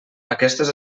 aquestes